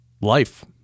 life